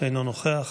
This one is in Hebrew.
אינו נוכח,